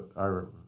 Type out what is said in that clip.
our